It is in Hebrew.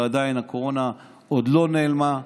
עדיין הקורונה עוד לא נעלמה,